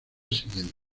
siguiente